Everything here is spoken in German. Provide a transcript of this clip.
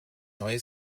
neue